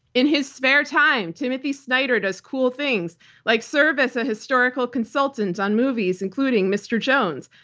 in his spare time, timothy snyder does cool things like serve as a historical consultant on movies, including mr. jones,